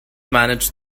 manage